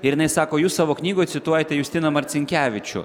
ir jinai sako jūs savo knygoj cituojate justiną marcinkevičių